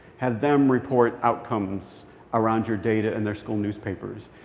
have them report outcomes around your data in their school newspapers.